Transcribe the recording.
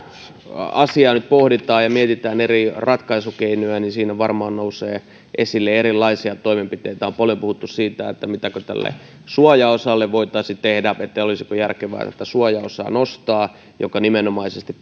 asiaa nyt pohditaan ja mietitään eri ratkaisukeinoja niin siinä varmaan nousee esille erilaisia toimenpiteitä on paljon puhuttu siitä mitä tälle suojaosalle voitaisiin tehdä siitä olisiko järkevää tätä suojaosaa nostaa mikä nimenomaisesti